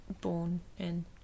born-in